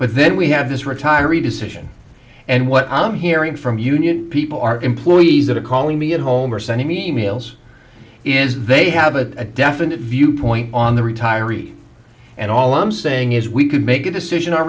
but then we have this retiree decision and what i'm hearing from union people are employees that are calling me at home or sending me e mails is they have a definite viewpoint on the retirees and all i'm saying is we could make a decision our